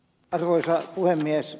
arvoisa puhemies